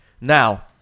Now